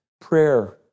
prayer